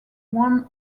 one